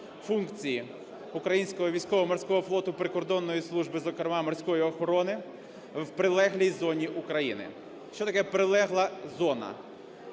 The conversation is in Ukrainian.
функції українського військово-морського флоту, Прикордонної служби, зокрема морської охорони, в прилеглій зоні України. Що таке прилегла зона?